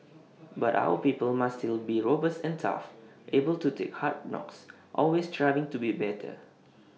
but our people must still be robust and tough able to take hard knocks always striving to be better